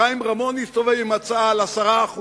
חיים רמון הסתובב עם הצעה על 10%,